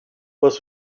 was